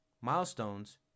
milestones